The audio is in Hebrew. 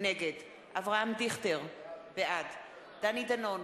נגד אברהם דיכטר, בעד דני דנון,